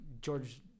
George